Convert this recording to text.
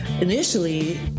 initially